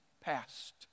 past